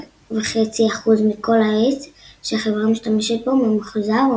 99.5% מכל העץ שהחברה משתמשת בו ממוחזר או